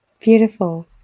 Beautiful